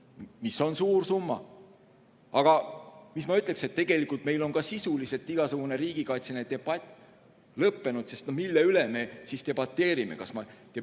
mis on suur summa. Aga ma ütleks, et tegelikult on meil ka sisuliselt igasugune riigikaitseline debatt lõppenud. Sest mille üle me siis debateerime? Kas me